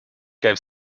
gave